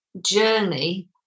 journey